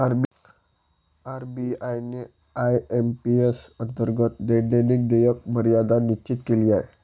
RBI ने IMPS अंतर्गत दैनंदिन देयक मर्यादा निश्चित केली आहे